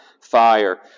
fire